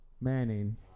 Manning